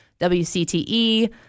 WCTE